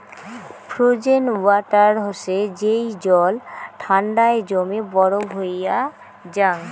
frozen water হসে যেই জল ঠান্ডায় জমে বরফ হইয়া জাং